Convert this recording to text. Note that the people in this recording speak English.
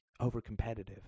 overcompetitive